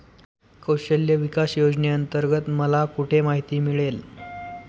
कौशल्य विकास योजनेअंतर्गत मला कुठे माहिती मिळेल?